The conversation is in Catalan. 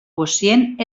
quocient